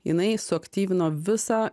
jinai suaktyvino visą